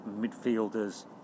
midfielders